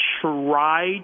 try